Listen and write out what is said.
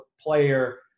player